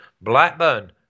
Blackburn